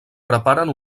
preparen